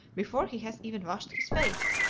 before he has even washed his face?